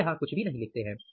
वे यहां कुछ नहीं लिखते हैं